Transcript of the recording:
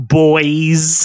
boys